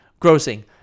grossing